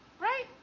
Right